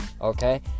okay